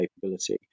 capability